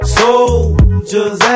soldiers